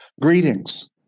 greetings